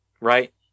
right